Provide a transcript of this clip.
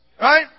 Right